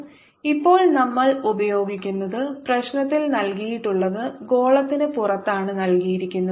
S R62sinθ3r50 ഇപ്പോൾ നമ്മൾ ഉപയോഗിക്കുന്നത് പ്രശ്നത്തിൽ നൽകിയിട്ടുള്ളത് ഗോളത്തിന് പുറത്താണ് നൽകിയിരിക്കുന്നത്